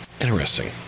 Interesting